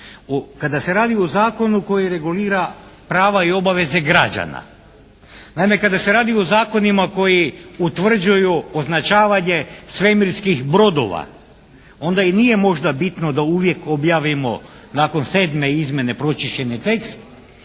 kada se radi o zakonu koji regulira prava i obaveze građana. Naime kada se radi o zakonima koji utvrđuju označavanje svemirskih brodova onda i nije možda bitno da uvijek objavimo nakon sedme izmjene pročišćeni tekst,